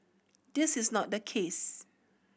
this is not the case